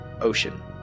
ocean